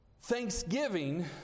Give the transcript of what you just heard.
Thanksgiving